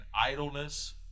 idleness